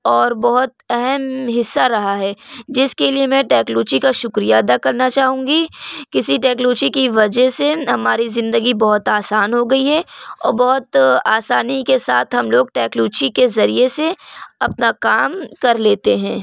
اور بہت اہم حصہ رہا ہے جس کے لیے میں ٹیکلوچی کا شکریہ ادا کرنا چاہوں گی کسی ٹیکلوچی کی وجہ سے ہماری زندگی بہت آسان ہو گئی ہے اور بہت آسانی کے ساتھ ہم لوگ ٹیکلوچی کے ذریعے سے اپنا کام کر لیتے ہیں